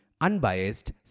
unbiased